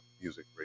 music